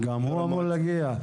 גם הוא אמור להגיע?